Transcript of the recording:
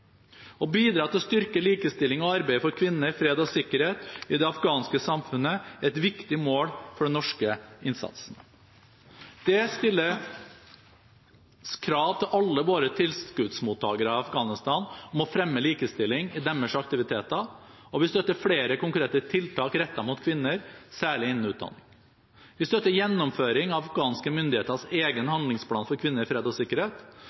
Å bidra til å styrke likestilling og arbeidet for kvinner, fred og sikkerhet i det afghanske samfunnet er et viktig mål for den norske innsatsen. Det stilles krav til alle våre tilskuddsmottakere i Afghanistan om å fremme likestilling i deres aktiviteter, og vi støtter flere konkrete tiltak rettet mot kvinner, særlig innen utdanning. Vi støtter gjennomføring av afghanske myndigheters egen handlingsplan for kvinner, fred og sikkerhet